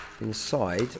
inside